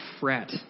fret